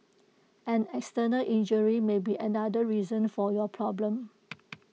an external injury may be another reason for your problem